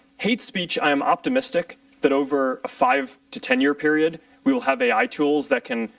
hate speech i'm optimistic that over five to ten-year period we will have ai tools that can